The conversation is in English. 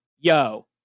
yo